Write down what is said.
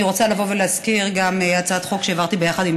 ואני רוצה לבוא ולהזכיר גם הצעת חוק שהעברתי ביחד עם